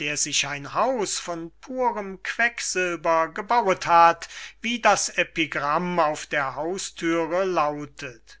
der sich ein haus von purem quecksilber gebauet hat wie das epigramm auf der hausthüre lautet